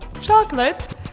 chocolate